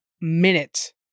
minute